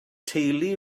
teulu